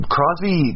Crosby